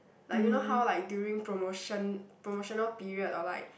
like you know how like during promotion promotional period or like